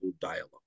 dialogue